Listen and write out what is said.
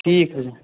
ٹھیٖک حظ